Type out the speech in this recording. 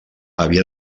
havia